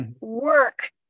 work